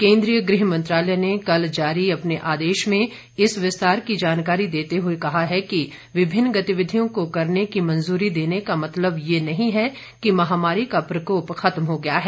केंद्रीय गृह मंत्रालय ने कल जारी अपने आदेश में इस विस्तार की जानकारी देते हुए कहा है कि विभिन्न गतिविधियों को करने की मंजूरी देने का मतलब यह नहीं है कि महामारी का प्रकोप खत्म हो गया है